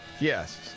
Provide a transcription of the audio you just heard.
Yes